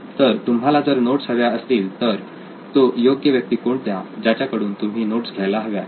तर तुम्हाला जर नोट्स हव्या असतील तर तो योग्य व्यक्ती कोणता ज्याच्याकडून तुम्ही नोट्स घ्यायला हव्यात